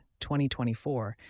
2024